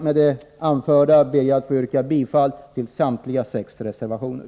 Med det anförda vill jag yrka bifall till samtliga sex reservationer.